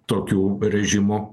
tokių režimų